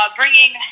bringing